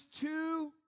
two